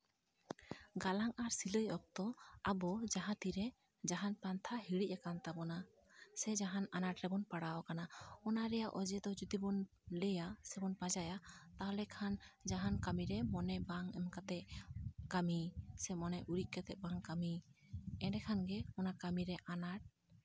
ᱜᱟᱞᱟᱝ ᱟᱨ ᱥᱤᱞᱟᱹᱭ ᱚᱠᱛᱚ ᱟᱵᱚ ᱡᱟᱦᱟᱸ ᱛᱤᱨᱮ ᱡᱟᱦᱟᱱ ᱯᱟᱱᱛᱷᱟ ᱦᱤᱲᱤᱡ ᱟᱠᱟᱱ ᱛᱟᱵᱚᱱᱟ ᱥᱮ ᱡᱟᱦᱟᱱ ᱟᱱᱟᱴ ᱨᱮᱵᱚᱱ ᱯᱟᱲᱟᱣ ᱠᱟᱱᱟ ᱚᱱᱟ ᱨᱮᱭᱟᱜ ᱚᱡᱮ ᱫᱚ ᱡᱩᱫᱤ ᱵᱚᱱ ᱞᱟᱹᱭᱟ ᱥᱮᱵᱚᱱ ᱯᱟᱸᱡᱟᱭᱟ ᱛᱟᱦᱞᱮ ᱠᱷᱟᱱ ᱡᱟᱦᱟᱱ ᱠᱟᱹᱢᱤᱨᱮ ᱢᱚᱱᱮ ᱵᱟᱝ ᱮᱢ ᱠᱟᱛᱮᱜ ᱠᱟᱹᱢᱤ ᱥᱮ ᱢᱚᱱᱮ ᱩᱨᱤᱡ ᱠᱟᱛᱮᱜ ᱵᱚᱱ ᱠᱟᱹᱢᱤ ᱮᱸᱰᱮᱠᱷᱟᱱ ᱜᱮ ᱚᱱᱟ ᱠᱟᱹᱢᱤᱨᱮ ᱟᱱᱟᱴ